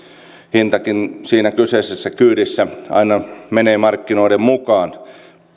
hintakin siinä kyseisessä kyydissä aina menee markkinoiden mukaan